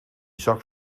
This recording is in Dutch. zak